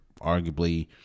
arguably